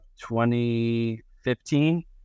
2015